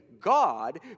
God